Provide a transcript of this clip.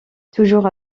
toujours